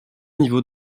niveau